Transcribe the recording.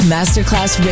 Masterclass